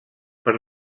per